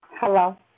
Hello